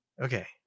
Okay